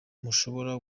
mushobora